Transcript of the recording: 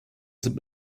sind